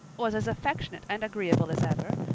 was as affectionate and agreeable as ever,